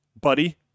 buddy